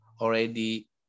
already